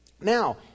Now